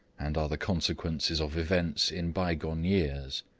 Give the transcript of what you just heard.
and are the consequences of events in bygone years.